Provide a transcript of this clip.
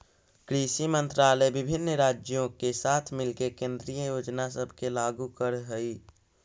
कृषि मंत्रालय विभिन्न राज्यों के साथ मिलके केंद्रीय योजना सब के लागू कर हई